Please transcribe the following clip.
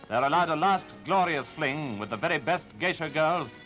and a like and last glorious fling with the very best geisha girls.